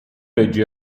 leggi